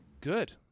Good